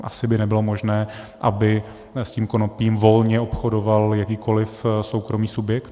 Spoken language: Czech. Asi by nebylo možné, aby s tím konopím volně obchodoval jakýkoliv soukromý subjekt.